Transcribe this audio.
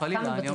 לא, לא, חלילה.